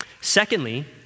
Secondly